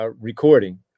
recording